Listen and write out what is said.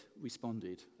responded